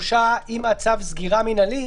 גם אני מדבר על הצו הקיים היום.